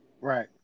Right